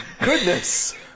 goodness